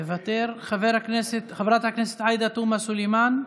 מוותר, חברת הכנסת עאידה תומא סלימאן,